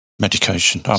medication